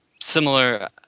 similar –